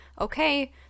okay